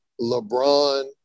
LeBron